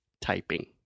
Typing